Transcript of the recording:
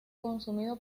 consumido